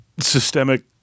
systemic